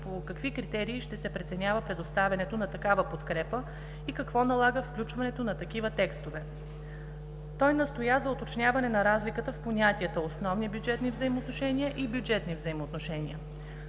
по какви критерии ще се преценява предоставянето на такава подкрепа и какво налага включването на такива текстове. Той настоя за уточняване на разликата в понятията „основни бюджетни взаимоотношения” и „бюджетни взаимоотношения”.